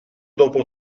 dopo